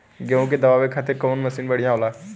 गेहूँ के दवावे खातिर कउन मशीन बढ़िया होला?